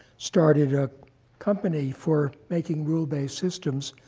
started a company for making rule-based systems.